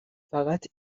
فقط